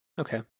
Okay